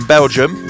Belgium